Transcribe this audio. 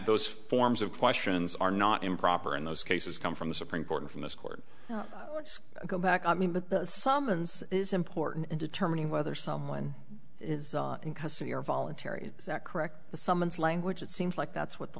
those forms of questions are not improper in those cases come from the supreme court and from this court go back i mean but the summons is important in determining whether someone is in custody or voluntary is that correct the summons language it seems like that's what the